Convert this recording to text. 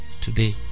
today